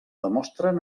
demostren